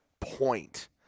point